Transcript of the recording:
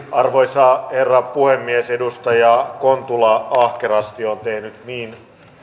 arvoisa herra puhemies edustaja kontula ahkerasti on tehnyt niin